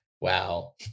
Wow